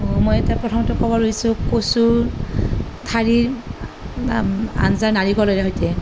মই এটা প্ৰথমতে ক'ব লৈছোঁ কচু ঠাৰিৰ আঞ্জা নাৰিকলেৰে সৈতে